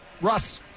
Russ